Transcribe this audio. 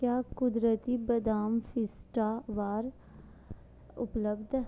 क्या कुदरती बदाम फ़ीस्टा बार उपलब्ध ऐ